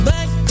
Back